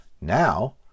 Now